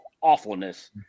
awfulness